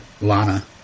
Lana